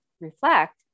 reflect